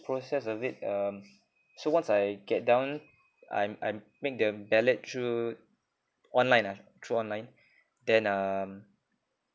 process of it um so once I get down I'm I'm make the ballot through online ah through online then um